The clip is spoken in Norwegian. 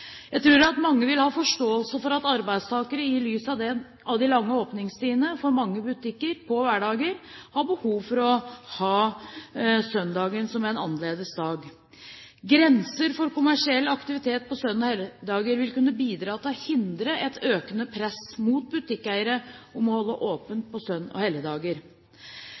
Jeg tror at mange vil ha forståelse for at arbeidstakere i lys av de lange åpningstidene i mange butikker på hverdager, har behov for å ha søndagen som en annerledes dag. Grenser for kommersiell aktivitet på søn- og helligdager vil kunne bidra til å hindre et økende press mot butikkeiere om å holde åpent på søn- og